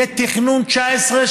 יהיה תכנון ל-2019,